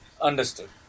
Understood